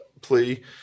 plea